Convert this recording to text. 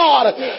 God